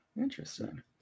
Interesting